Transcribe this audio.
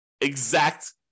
exact